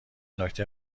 نکته